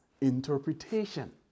interpretation